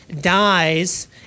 dies